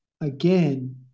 Again